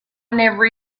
never